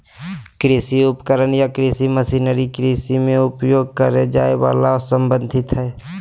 कृषि उपकरण या कृषि मशीनरी कृषि मे उपयोग करे जाए वला से संबंधित हई